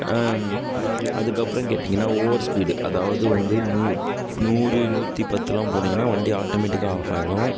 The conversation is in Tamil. அதுக்கப்புறம் கேட்டிங்கன்னால் ஓவர் ஸ்பீடு அதாவது வந்து நூ நூறு நூற்றி பத்தெலாம் போனீங்கன்னால் வண்டி ஆட்டோமெட்டிக்காக ஆஃப் ஆகிடும்